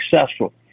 successful